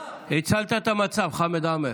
הצלת את המצב, חמד עמאר.